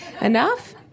Enough